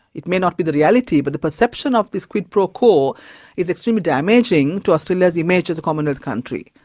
it may not be the reality, but the perception of this quid pro quo is extremely damaging to australia's image as a commonwealth country.